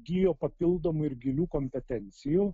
įgijo papildomų ir gilių kompetencijų